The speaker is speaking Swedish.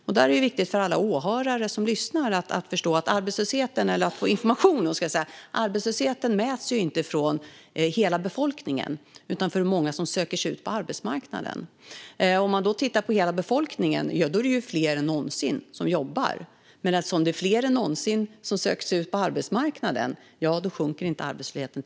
Här är det viktigt att alla som lyssnar på detta får informationen att arbetslösheten inte mäts utifrån hela befolkningen utan utifrån hur många som söker sig ut på arbetsmarknaden. Mäter man utifrån hela befolkningen är det fler än någonsin som jobbar, men eftersom det också är fler än någonsin som söker sig ut på arbetsmarknaden sjunker inte arbetslösheten.